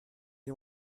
you